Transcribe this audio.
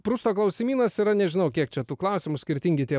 prusto klausimynas yra nežinau kiek čia tų klausimų skirtingi tie